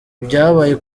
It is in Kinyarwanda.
ibyabaye